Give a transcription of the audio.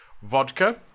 Vodka